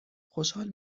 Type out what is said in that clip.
خوشحال